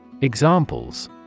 Examples